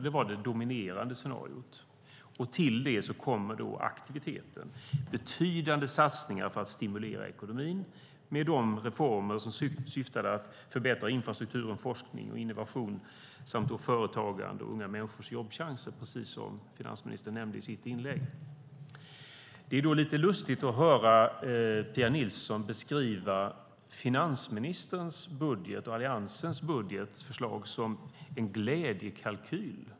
Det var det dominerande scenariot. Till det kommer då aktiviteten med "betydande satsningar för att stimulera ekonomin" med de reformer som syftade till att förbättra infrastrukturen, som "forskning och innovation, företagande och unga människors jobbchanser", precis som finansministern nämnde i sitt inlägg. Det är då lite lustigt att höra Pia Nilsson beskriva finansministerns och Alliansens budgetförslag som en glädjekalkyl.